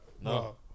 No